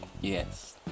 Yes